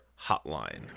hotline